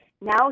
now